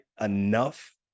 enough